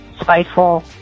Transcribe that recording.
spiteful